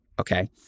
Okay